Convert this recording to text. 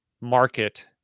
market